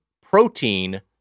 protein